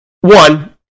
One